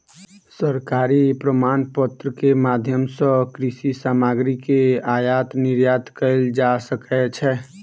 सरकारी प्रमाणपत्र के माध्यम सॅ कृषि सामग्री के आयात निर्यात कयल जा सकै छै